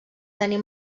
tenir